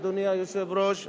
אדוני היושב-ראש.